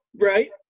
right